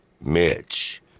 Mitch